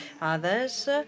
others